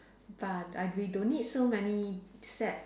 but I we don't need so many sad